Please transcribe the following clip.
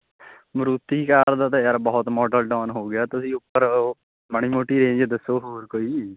Maruti car ਦਾ ਤਾਂ ਯਾਰ ਬਹੁਤ ਮਾਡਲ ਡਾਊਨ ਹੋ ਗਿਆ ਤੁਸੀਂ ਉੱਪਰ ਓਹ ਮਾੜੀ ਮੋਟੀ ਰੇਂਜ ਦੱਸੋ ਹੋਰ ਕੋਈ